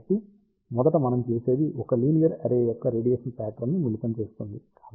కాబట్టి మొదట మనం చేసేది ఒక లీనియర్ అర్రే యొక్క రేడియేషన్ ప్యాట్రన్ ని మిళితం చేస్తుంది